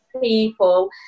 people